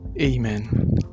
Amen